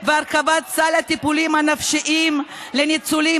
והרחבת סל הטיפולים הנפשיים לניצולים,